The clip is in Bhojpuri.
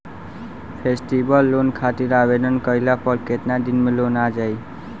फेस्टीवल लोन खातिर आवेदन कईला पर केतना दिन मे लोन आ जाई?